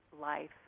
life